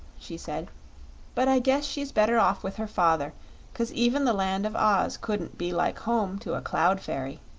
she said but i guess she's better off with her father cause even the land of oz couldn't be like home to a cloud fairy.